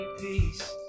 peace